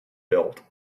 built